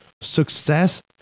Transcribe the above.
Success